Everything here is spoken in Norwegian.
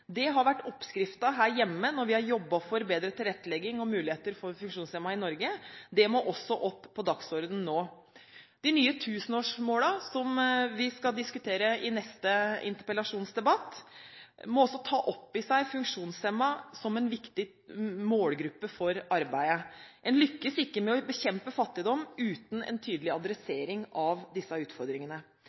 Det har vært oppskriften her hjemme når vi har jobbet for bedre tilrettelegging og muligheter for funksjonshemmede i Norge. Det må også opp på dagsordenen nå. De nye tusenårsmålene, som vi skal diskutere i neste interpellasjonsdebatt, må også ta opp i seg funksjonshemmede som en viktig målgruppe for arbeidet. En lykkes ikke med å bekjempe fattigdom uten en tydelig adressering av disse utfordringene.